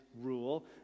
rule